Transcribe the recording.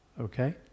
Okay